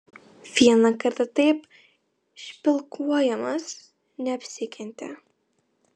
vieną kartą taip špilkuojamas neapsikentė